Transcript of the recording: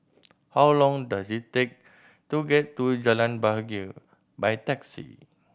how long does it take to get to Jalan Bahagia by taxi